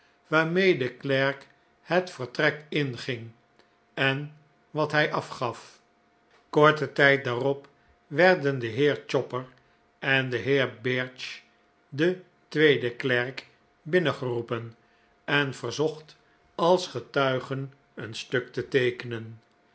de klerk het vertrek inging en wat hij afgaf korten tijd daarop werden de heer chopper en de heer birch de tweede klerk binnengeroepen en verzocht als getuigen een stuk te teekenen